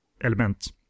element